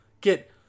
get